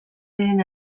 diren